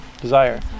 desire